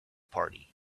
party